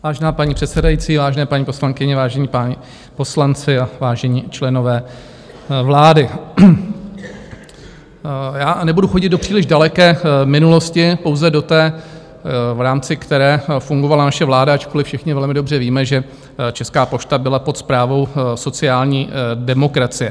Vážená paní předsedající, vážené, paní poslankyně, vážení páni poslanci a vážení členové vlády, já nebudu chodit do příliš daleké minulosti, pouze do té, v rámci které fungovala naše vláda, ačkoliv všichni velmi dobře víme, že Česká pošta byla pod správou sociální demokracie.